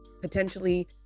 potentially